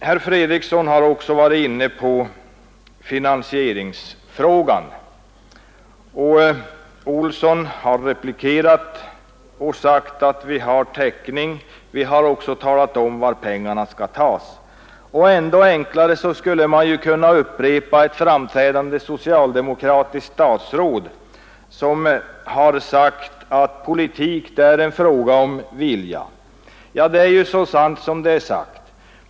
Herr Fredriksson har också varit inne på finansieringsfrågan, och herr Olsson i Stockholm har replikerat att vi har täckning för våra förslag. Vi har talat om var pengarna skall tas. Ännu enklare skulle man kunna svara genom att upprepa vad ett framträdande socialdemokratiskt statsråd har sagt: politik är en fråga om vilja. Det är så sant som det är sagt.